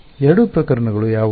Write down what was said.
ಎರಡು ಪ್ರಕರಣಗಳು ಯಾವುವು